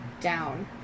down